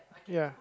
ya